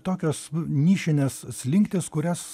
tokios nišinės slinktys kurias